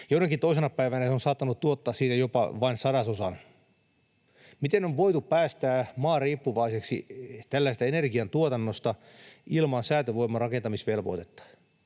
Jonakin toisena päivänä se on saattanut tuottaa siitä jopa vain sadasosan. Miten on voitu päästää maa riippuvaiseksi tällaisesta energiantuotannosta ilman säätövoiman rakentamisvelvoitetta?